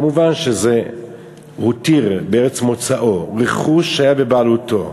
כמובן, הוא הותיר בארץ מוצאו רכוש שהיה בבעלותו,